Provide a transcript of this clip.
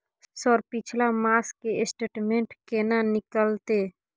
Sir पिछला मास के स्टेटमेंट केना निकलते?